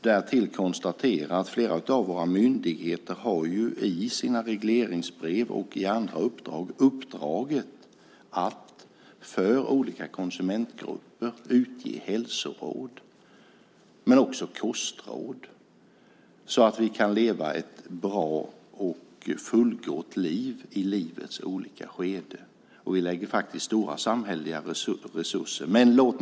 Därtill konstaterar jag att flera av våra myndigheter i bland annat sina regleringsbrev har uppdraget att för olika konsumentgrupper utge hälsoråd och kostråd som syftar till ett fullgott liv i livets olika skeden. Vi lägger faktiskt stora samhälleliga resurser på detta.